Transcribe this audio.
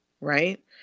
Right